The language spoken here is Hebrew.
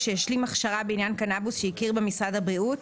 שהשלים הכשרה בעניין קנבוס שהכיר בה משרד הבריאות,